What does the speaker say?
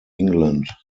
england